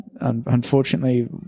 unfortunately